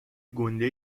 گُنده